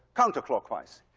counterclockwise.